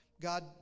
God